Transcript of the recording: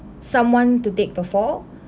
someone to take the fall